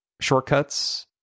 shortcuts